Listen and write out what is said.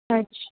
ਅੱਛਾ